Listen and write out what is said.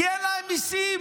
כי אין להם מיסים,